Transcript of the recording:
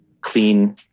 clean